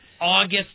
August